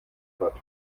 hat